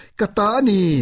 katani